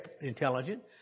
intelligent